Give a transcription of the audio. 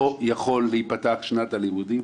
לא יכולה להיפתח שנת הלימודים